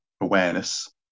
awareness